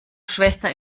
schwester